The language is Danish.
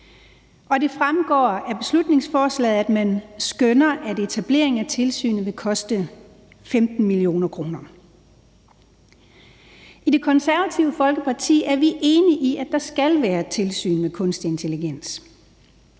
Det fremgår af beslutningsforslaget, at man skønner, at etableringen af tilsynet vil koste 15 mio. kr. I Det Konservative Folkeparti er vi enige i, at der skal være et tilsyn med kunstig intelligens,